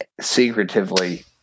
secretively